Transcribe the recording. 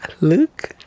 Look